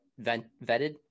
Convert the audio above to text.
vetted